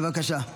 בבקשה.